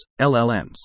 LLMs